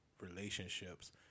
relationships